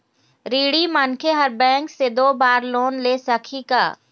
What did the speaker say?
ऋणी मनखे हर बैंक से दो बार लोन ले सकही का?